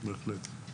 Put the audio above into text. בהחלט.